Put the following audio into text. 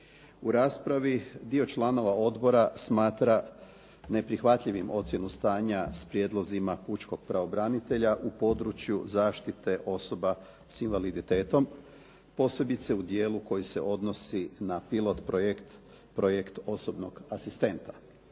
U raspravi dio članova odbora smatra neprihvatljivim ocjenu stanja s prijedlozima pučkog pravobranitelja u području zaštite osoba sa invaliditetom posebice u dijelu koji se odnosi na pilot projekt, projekt osobnog asistenta.